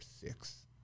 six